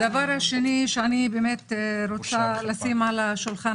הדבר השני שאני באמת רוצה לשים על השולחן